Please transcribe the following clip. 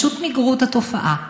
פשוט מיגרו את התופעה.